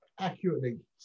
Accurately